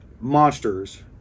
monsters